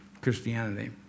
Christianity